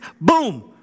Boom